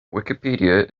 wikipedia